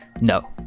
no